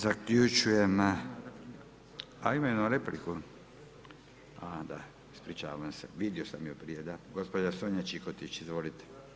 Zaključujem, a ima jednu repliku, a da, ispričavam se, vidio sam ju prije da, gospođa Sonja Čikotić, izvolite.